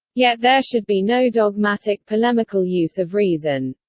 yet there should be no dogmatic polemical use of reason.